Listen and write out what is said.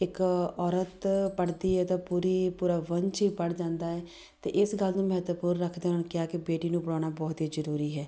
ਇੱਕ ਔਰਤ ਪੜ੍ਹਦੀ ਹੈ ਤਾਂ ਪੂਰੀ ਪੂਰਾ ਵੰਸ਼ ਹੀ ਪੜ੍ਹ ਜਾਂਦਾ ਹੈ ਅਤੇ ਇਸ ਗੱਲ ਨੂੰ ਮਹੱਤਵਪੂਰਨ ਰੱਖਦਿਆਂ ਉਹਨਾਂ ਨੇ ਕਿਹਾ ਕਿ ਬੇਟੀ ਨੂੰ ਪੜ੍ਹਾਉਣਾ ਬਹੁਤ ਹੀ ਜ਼ਰੂਰੀ ਹੈ